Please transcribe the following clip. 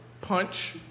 punch